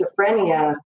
schizophrenia